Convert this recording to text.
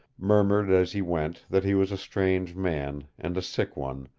murmured as he went that he was a strange man, and a sick one,